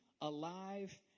alive